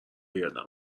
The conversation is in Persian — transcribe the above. یادم